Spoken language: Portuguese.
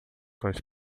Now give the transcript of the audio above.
cães